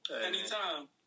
Anytime